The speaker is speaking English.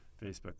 Facebook